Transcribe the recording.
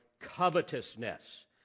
covetousness